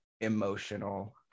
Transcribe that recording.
emotional